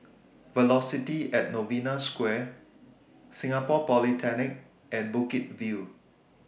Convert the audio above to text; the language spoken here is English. Velocity At Novena Square Singapore Polytechnic and Bukit View